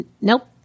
Nope